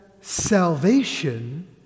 salvation